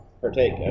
partake